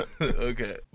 Okay